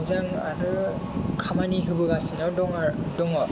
मोजां आरो खामानि होबोगासिनो दङ